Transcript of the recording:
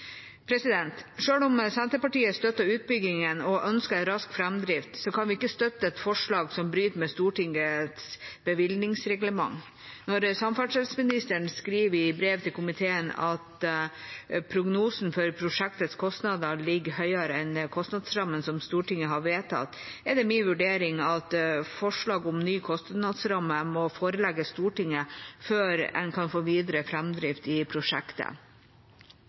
om Senterpartiet støtter utbyggingen og ønsker en rask framdrift, kan vi ikke støtte et forslag som bryter med Stortingets bevilgningsreglement. Samferdselsministeren skriver følgende i brev til komiteen: «Når prognosen for prosjektets kostnader ligger høyere enn kostnadsrammen som Stortinget har vedtatt, er det min vurdering at forslag om ny kostnadsramme må forelegges Stortinget før en kan få videre fremdrift i prosjektet.»